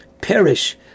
perish